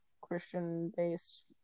Christian-based